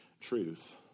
truth